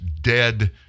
dead